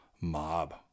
mob